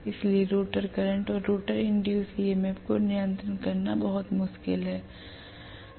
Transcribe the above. इसलिए rotor current और rotor induced EMF को नियंत्रित करना बहुत मुश्किल है